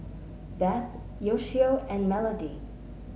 Beth Yoshio and Melody